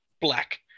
black